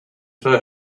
for